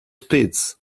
speeds